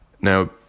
Now